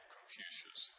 Confucius